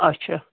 اَچھا